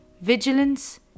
Vigilance